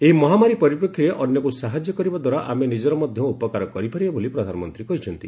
ଏହି ମହାମାରୀ ପରିପ୍ରେକ୍ଷୀରେ ଅନ୍ୟକୁ ସାହାଯ୍ୟ କରିବା ଦ୍ୱାରା ଆମେ ନିଜର ମଧ୍ୟ ଉପକାର କରିପାରିବା ବୋଲି ପ୍ରଧାନମନ୍ତ୍ରୀ କହିଛନ୍ତି